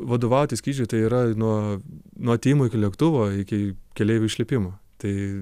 vadovauti skrydžiui tai yra nuo nuo atėjimo iki lėktuvo iki keleivių išlipimo tai